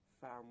found